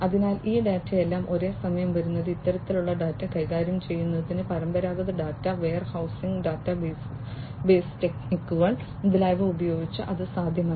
അതിനാൽ ഈ ഡാറ്റയെല്ലാം ഒരേ സമയം വരുന്നത് ഇത്തരത്തിലുള്ള ഡാറ്റ കൈകാര്യം ചെയ്യുന്നത് പരമ്പരാഗത ഡാറ്റ വെയർഹൌസിംഗ് ഡാറ്റാബേസ് ടെക്നിക്കുകൾ മുതലായവ ഉപയോഗിച്ച് അത് സാധ്യമല്ല